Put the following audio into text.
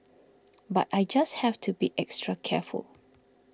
but I just have to be extra careful